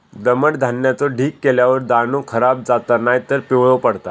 दमट धान्याचो ढीग केल्यार दाणो खराब जाता नायतर पिवळो पडता